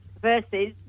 versus